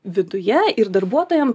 viduje ir darbuotojam